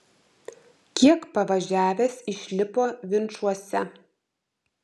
kiek pavažiavęs išlipo vinčuose